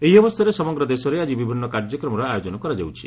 ଏହି ଅବସରରେ ସମଗ୍ର ଦେଶରେ ଆଜି ବିଭିନ୍ନ କାର୍ଯ୍ୟକ୍ରମର ଆୟୋଜନ କରାଯାଉଛି